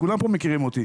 כולם פה מכירים אותי,